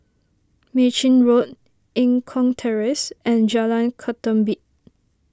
Mei Chin Road Eng Kong Terrace and Jalan Ketumbit